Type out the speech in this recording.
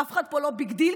אף אחד פה לא ביג דיל.